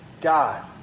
God